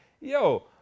yo